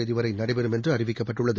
தேதிவரை நடைபெறும் என்று அறிவிக்கப்பட்டுள்ளது